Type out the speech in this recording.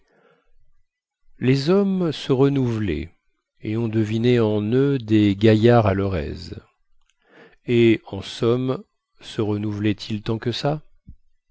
les hommes se renouvelaient et on devinait en eux des gaillards à leur aise et en somme se renouvelaient ils tant que ça